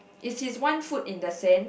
is his one foot in the sand